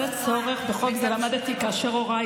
על הצורך בחוק זה למדתי כאשר הוריי